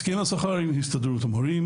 הסכם השכר עם הסתדרות המורים